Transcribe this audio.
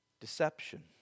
deception